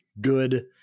good